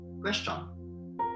Question